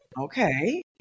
Okay